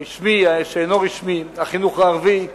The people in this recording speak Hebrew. הרשמי, שאינו רשמי, החינוך הערבי,